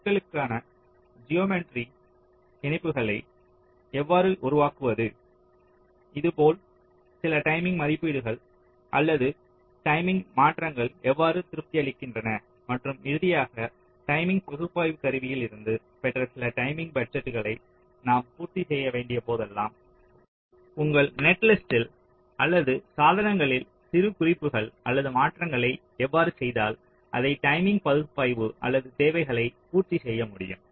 நெட்களுக்கான geometry இணைப்புகளை எவ்வாறு உருவாக்குவது அதுபோல் சில டைமிங் மதிப்பீடுகள் அல்லது டைமிங் மாற்றங்கள் எவ்வாறு திருப்தி அளிக்கின்றன மற்றும் இறுதியாக டைமிங் பகுப்பாய்வு கருவியில் இருந்து பெற்ற சில டைமிங் பட்ஜெட்களை நாம் பூர்த்தி செய்ய வேண்டிய போதெல்லாம் உங்கள் நெட்லிஸ்ட்டில் அல்லது சாதனங்களில் சிறுகுறிப்புகள் அல்லது மாற்றங்களை எவ்வாறு செய்தால் அந்த டைமிங் பகுப்பாய்வு அல்லது தேவைகளை பூர்த்தி செய்ய முடியும்